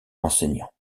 enseignants